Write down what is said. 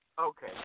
okay